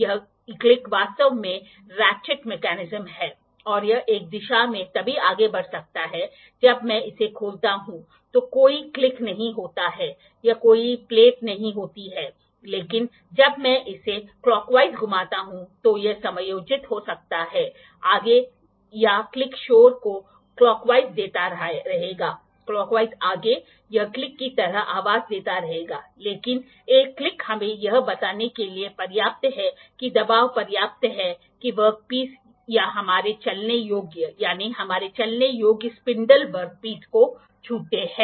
यह क्लिक वास्तव में रेेटचेट मेकैनिज्म है और यह एक दिशा में तभी आगे बढ़ सकता है जब मैं इसे खोलता हूं तो कोई क्लिक नहीं होता है या कोई प्लेट नहीं होती है लेकिन जब मैं इसे क्लॉकवाइज घुमाता हूं तो यह समायोजित हो सकता है आगे यह क्लिक शोर को क्लॉकवाइज देता रहेगा क्लॉकवाइज आगे यह क्लिक की तरह आवाज देता रहेगा लेकिन एक क्लिक हमें यह बताने के लिए पर्याप्त है कि दबाव पर्याप्त है कि वर्कपीस या हमारे चलने योग्य यानी हमारे चलने योग्य स्पिंडल वर्कपीस को छूते हैं